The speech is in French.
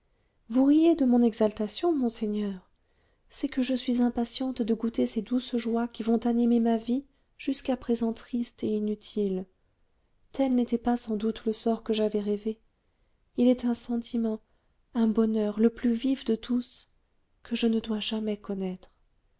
vous riez de mon exaltation monseigneur c'est que je suis impatiente de goûter ces douces joies qui vont animer ma vie jusqu'à présent triste et inutile tel n'était pas sans doute le sort que j'avais rêvé il est un sentiment un bonheur le plus vif de tous que je ne dois jamais connaître